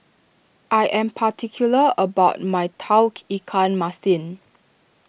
I am particular about my Tauge Ikan Masin